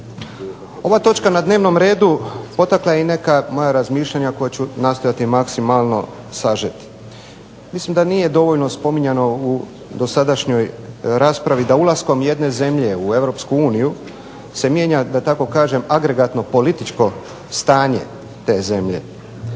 Ova točka na dnevnom redu potakla je i neka moja razmišljanja koja ću nastojati maksimalno sažeti. Mislim da nije dovoljno spominjano u dosadašnjoj raspravi, da ulaskom jedne zemlje u Europsku uniju se mijenja da tako kažem agregatno-političko stanje te zemlje.